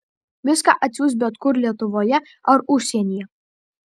viską atsiųs bet kur lietuvoje ar užsienyje